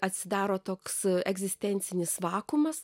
atsidaro toks egzistencinis vakuumas